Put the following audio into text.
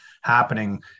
happening